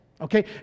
Okay